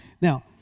Now